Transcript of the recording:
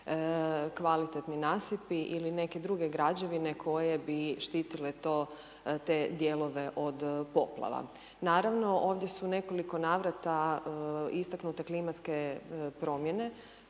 kvalitetni nasipi ili neke druge građevine koje bi štitile to te dijelove od poplava. Naravno, ovdje su u nekoliko navrata istaknute klimatske promjene